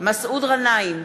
מסעוד גנאים,